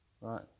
right